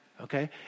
Okay